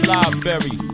Library